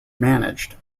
managed